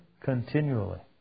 continually